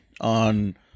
on